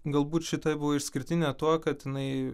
galbūt šita buvo išskirtinė tuo kad jinai